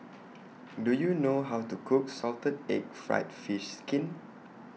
Do YOU know How to Cook Salted Egg Fried Fish Skin